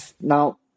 now